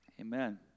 Amen